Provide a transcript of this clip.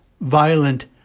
violent